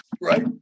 right